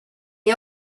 est